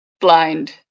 Blind